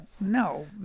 No